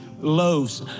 loaves